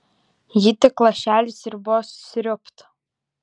ji tik lašelį sriubos sriūbt